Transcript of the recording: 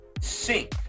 sink